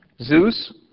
Zeus